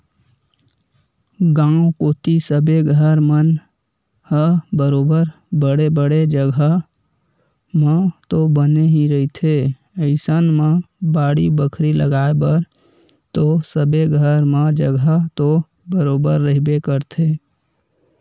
गाँव कोती सबे घर मन ह बरोबर बड़े बड़े जघा म तो बने ही रहिथे अइसन म बाड़ी बखरी लगाय बर तो सबे घर म जघा तो बरोबर रहिबे करथे